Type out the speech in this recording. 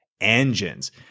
engines